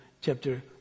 chapter